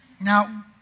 Now